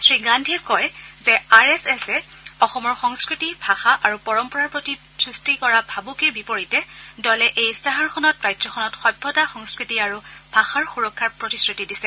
শ্ৰীগান্ধীয়ে কয় যে আৰ এছ এছে অসমৰ সংস্থতি ভাষা আৰু পৰম্পৰাৰ প্ৰতি সৃষ্টি কৰা ভাবকিৰ বিপৰীতে দলে এই ইস্তাহাৰখনত ৰাজ্যখনত সভ্যতা সংস্কৃতি আৰু ভাষাৰ সূৰক্ষাৰ প্ৰতিশ্ৰুতি দিছে